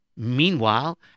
Meanwhile